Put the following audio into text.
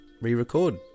re-record